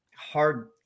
Hard